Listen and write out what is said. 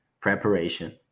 preparation